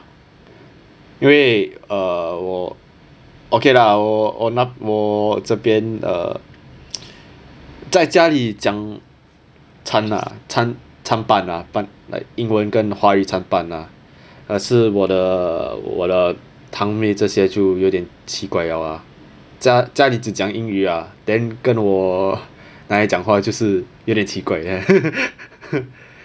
因为 uh 我 okay lah 我那我这边 uh 在家里讲参 lah 参半 lah like 英文跟华语参半 lah 可是我的我的堂妹这些就有点奇怪 liao ah 家家里只讲英语 ah then 跟我来讲话就是有点奇怪